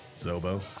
Zobo